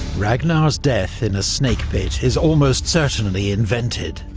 ragnar's death in a snakepit is almost certainly invented.